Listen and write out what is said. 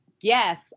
yes